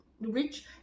rich